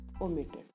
omitted